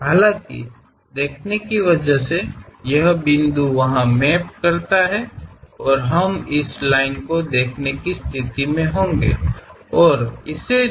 हालाँकि देखने की वजह से यह बिंदु वहाँ मैप करता है और हम इस लाइन को देखने की स्थिति में होंगे और इसे भी